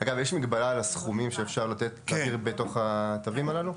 יש מגבלה על הסכומים שאפשר להעביר בתוך התווים הללו?